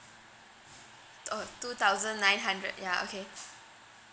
oh two thousand nine hundred ya okay